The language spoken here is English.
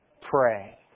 Pray